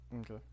Okay